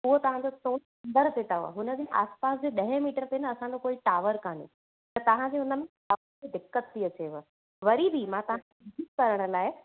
उहो तव्हांजो थोरो अंदरि ते अथव हुन जे आसिपासि में ॾहें मीटर ते न असांजो कोई टावर कान्हे त तव्हांखे हुन में न टावर जी दिक़त थी अचेव वरी बि मां तव्हांखे युज़ करण लाइ